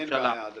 אין בעיה.